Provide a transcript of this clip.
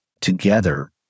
together